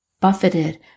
buffeted